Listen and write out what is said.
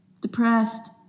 depressed